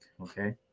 okay